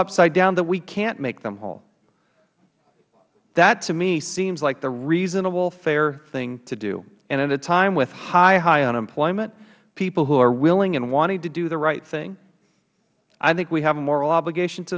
upside down that we cant make them whole that to me seems like the reasonable fair thing to do at a time with high unemployment people who are willing and wanting to do the right thing i think we have a moral obligation to